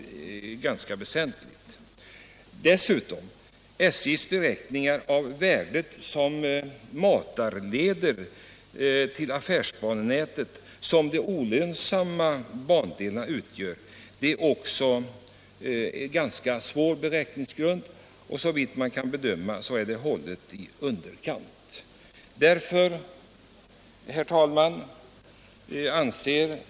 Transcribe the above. Vidare är SJ:s beräkningar av de olönsamma bandelarnas värde som matarleder till af färsbanenätet ganska svåra att ta ställning till. Såvitt jag kan förstå är beräkningarna hållna i underkant.